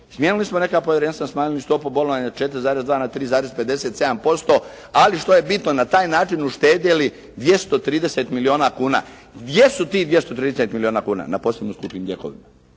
Smijenili smo neka povjerenstva, smanjili stopu bolovanja s 4,2 na 3,57%, ali što je bitno, na taj način uštedjeli 230 milijuna kuna. Gdje su tih 230 milijuna kuna? Na posebno skupim lijekovima.